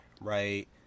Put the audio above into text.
right